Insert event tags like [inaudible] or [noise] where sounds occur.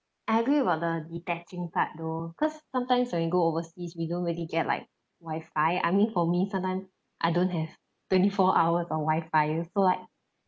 I agree about the detaching part though cause sometimes when you go overseas we don't really get like wifi I mean for me sometimes I don't have [laughs] twenty four hours for wifi so like